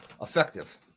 effective